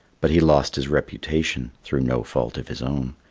but he lost his reputation through no fault of his own.